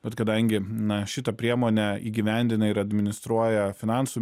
bet kadangi na šitą priemonę įgyvendina ir administruoja finansų